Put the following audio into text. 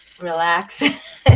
relax